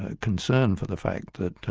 ah concern for the fact that